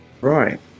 Right